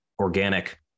organic